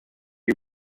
you